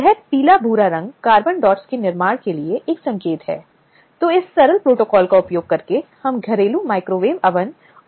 अब पीड़ित का दृष्टिकोण महिलाओं के अधिकारों की रक्षा करता है और जब हम पीड़ितों को संदर्भित करते हैं तो हम मूल रूप से इस महिलाओं के वजह का उल्लेख करते हैं